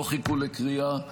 לא חיכו לקריאה,